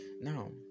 Now